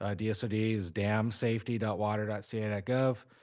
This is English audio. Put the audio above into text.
ah dsod but is damsafety water ca gov,